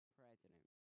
president